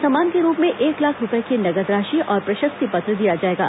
सम्मान के रूप में एक लाख रूपये की नकद राशि और प्रशस्ति पत्र दिया जाएगा